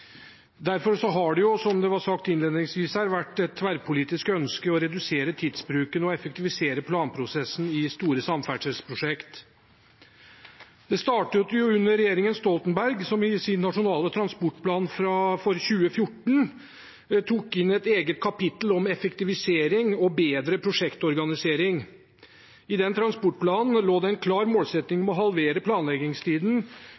Derfor har det, som det ble sagt innledningsvis her, vært et tverrpolitisk ønske å redusere tidsbruken og effektivisere planprosessen i store samferdselsprosjekt. Det startet under regjeringen Stoltenberg, som i sin nasjonale transportplan for 2014–2023 tok inn et eget kapittel om effektivisering og bedre prosjektorganisering. I den transportplanen lå det en klar målsetting